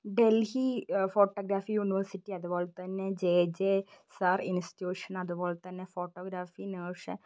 Delhi photography university അതുപോലെ തന്നെ J J sir institution അതുപോലെ തന്നെ ഫോട്ടോഗ്രാഫി